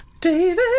David